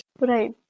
Right